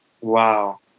Wow